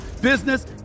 business